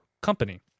company